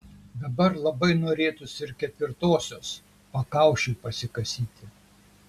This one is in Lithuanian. dabar labai norėtųsi ir ketvirtosios pakaušiui pasikasyti